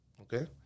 okay